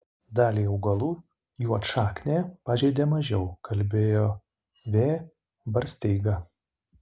dalį augalų juodšaknė pažeidė mažiau kalbėjo v barsteiga